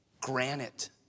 Granite